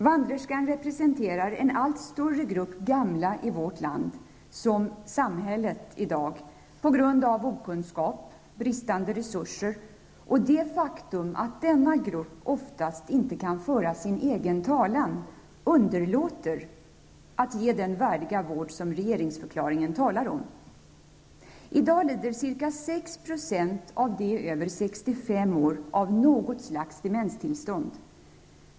Vandrerskan representerar en allt större grupp gamla i vårt land som ''samhället'' i dag på grund av okunskap, bristande resurser och det faktum att denna grupp oftast inte kan föra sin egen talan, underlåter att ge den värdiga vård som regeringsförklaringen talar om. I dag lider cirka 6 % av dem som över 65 år av något slags demenstillstånd.